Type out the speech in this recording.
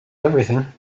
everything